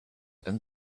and